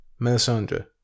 Melisandre